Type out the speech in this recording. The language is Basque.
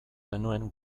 genuen